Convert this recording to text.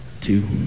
Two